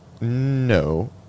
No